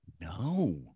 No